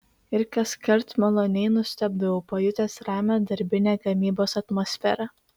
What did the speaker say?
ir kaskart maloniai nustebdavau pajutęs ramią darbinę gamybos atmosferą